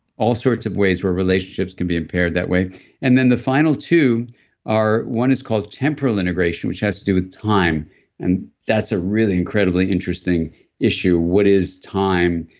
all sorts of ways where relationships can be impaired that way and then the final two are. one is called temporal integration, which has to do with time and that's a really incredibly interesting issue. what is time?